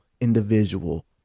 individual